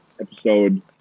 episode